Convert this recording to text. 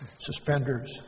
suspenders